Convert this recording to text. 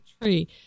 tree